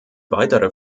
weitere